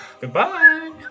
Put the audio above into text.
Goodbye